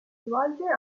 svolge